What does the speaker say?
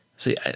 See